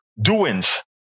doings